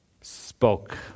spoke